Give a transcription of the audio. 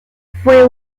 fue